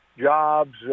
jobs